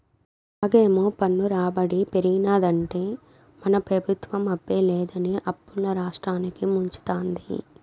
కాగేమో పన్ను రాబడి పెరిగినాదంటే మన పెబుత్వం అబ్బే లేదని అప్పుల్ల రాష్ట్రాన్ని ముంచతాంది